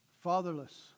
fatherless